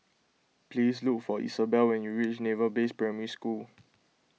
please look for Isabel when you reach Naval Base Primary School